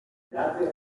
marry